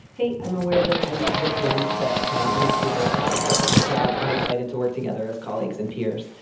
hey, i'm aware that i look young, but i'm actually very qualified for this job. i'm excited to work together as colleagues and peers.